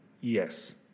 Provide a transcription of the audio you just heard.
Yes